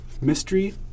Mystery